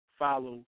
follow